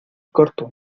corto